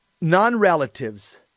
Non-relatives